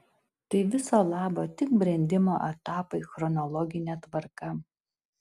tai viso labo tik brendimo etapai chronologine tvarka